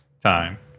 Time